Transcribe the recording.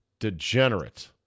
Degenerate